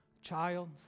child